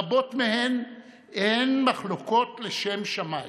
רבות מהן הן מחלוקות לשם שמיים,